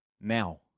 now